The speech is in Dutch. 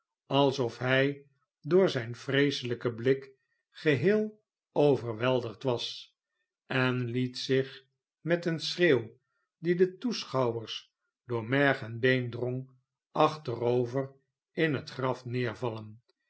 alsof hij door zijn vreeselijken blik geheel overweldigd was en liet zich met een schreeuw die de toeschouwers door merg en been drong achterover in het graf neervallen